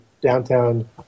downtown